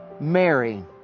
Mary